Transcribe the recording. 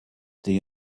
the